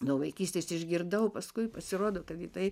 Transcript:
nuo vaikystės išgirdau paskui pasirodo tada tai